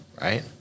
Right